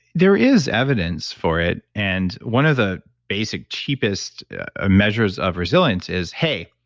there is evidence for it. and one of the basic cheapest ah measures of resilience is, hey,